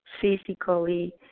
physically